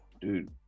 Dude